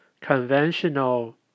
conventional